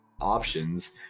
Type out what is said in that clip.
options